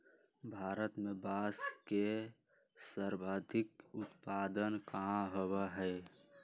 भारत में बांस के सर्वाधिक उत्पादन कहाँ होबा हई?